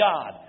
God